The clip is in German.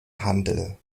handel